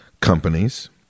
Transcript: companies